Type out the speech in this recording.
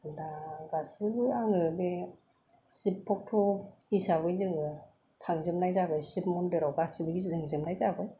दा गासैबो आङो बे शिब भक्त' हिसाबै जोङो थांजोबनाय जाबाय शिब मन्दिराव गासैबो गिदिंजोबनाय जाबाय